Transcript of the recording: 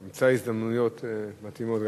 כן, נמצא הזדמנויות מתאימות.